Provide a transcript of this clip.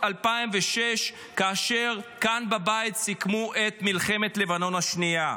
2006 כאשר כאן בבית סיכמו את מלחמת לבנון השנייה.